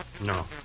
No